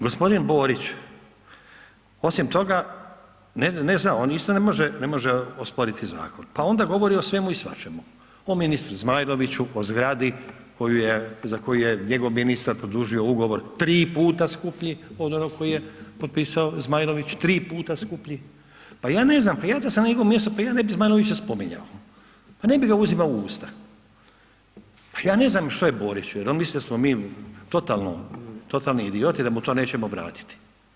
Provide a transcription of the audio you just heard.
G. Borić osim toga ne zna, on isto ne može osporiti zakon pa onda govori o svemu i svačemu, o ministru Zmajloviću, o zgradi za koju je njegov ministar produžio ugovor tri puta skuplji od onog koji je potpisao Zmajlović, tri puta skuplji, pa ja ne znam, pa ja da sam na njegovu mjestu, pa ja ne bi Zmajlovića spominjao, pa ne bi ga uzimao u usta, pa je ne znam što je Borić, jel on misli da smo mi totalni idioti da mu to nećemo vratiti?